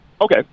Okay